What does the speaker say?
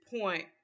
point